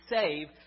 save